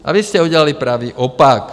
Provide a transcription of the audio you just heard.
A vy jste udělali pravý opak.